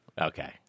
Okay